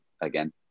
again